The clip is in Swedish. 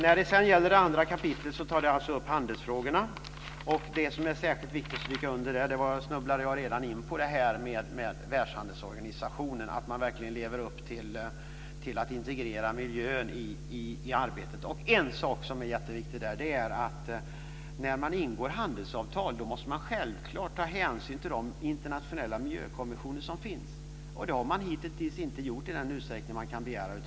I det andra kapitlet tas handelsfrågorna upp. Det som är särskilt viktigt att stryka under där snubblade jag redan in på. Det gäller Världshandelsorganisationen, och att man verkligen lever upp till att integrera miljön i arbetet. En sak som också är jätteviktig där är att när man ingår handelsavtal så måste man självfallet ta hänsyn till de internationella miljökonventioner som finns. Det har man hitintills inte gjort i den utsträckning som man kan begära.